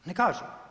Ne kažem.